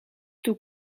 toe